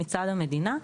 מצד המדינה.